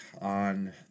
on